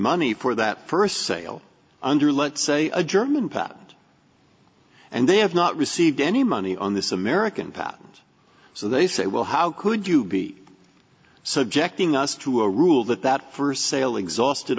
money for that first sale under let's say a german patent and they have not received any money on this american patent so they say well how could you be subjecting us to a rule that that for sale exhausted